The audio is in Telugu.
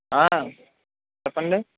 ఆ చెప్పండి